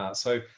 ah so